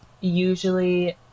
usually